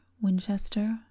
Winchester